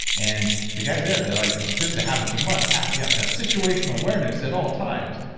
and the guy who's there, they're like, this is the habit you must have. you have to have situational awareness at all times.